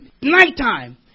nighttime